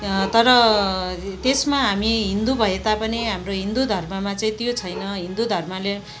तर त्यसमा हामी हिन्दू भएतापनि हाम्रो हिन्दू धर्ममा चाहिँ त्यो छैन हिन्दू धर्मले